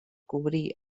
cobrir